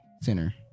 center